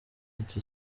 ati